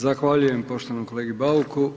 Zahvaljujem poštovanom kolegi Bauku.